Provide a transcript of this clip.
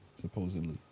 supposedly